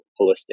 holistic